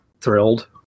thrilled